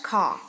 Car